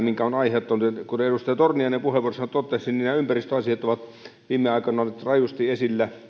minkä on aiheuttanut kuten edustaja torniainen puheenvuorossaan totesi nämä ympäristöasiat ovat viime aikoina olleet rajusti esillä